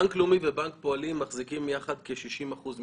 היא התבקשה לעשות הרבה מאוד בנושאים